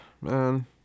man